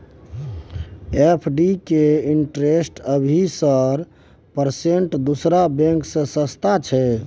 FD के interest अभी sir की परसेंट दूसरा बैंक त सस्ता छः?